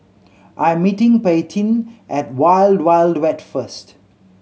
I am meeting Paityn at Wild Wild Wet first